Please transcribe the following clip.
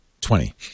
Twenty